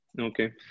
Okay